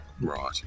Right